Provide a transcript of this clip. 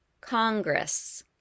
Congress